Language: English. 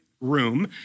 room